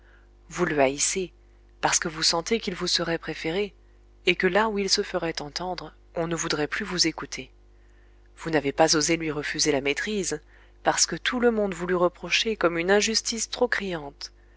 vous le haïssez parce que vous sentez qu'il vous serait préféré et que là où il se ferait entendre on ne voudrait plus vous écouter vous n'avez pas osé lui refuser la maîtrise parce que tout le monde vous l'eût reproché comme une injustice trop criante